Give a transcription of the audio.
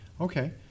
Okay